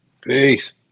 Peace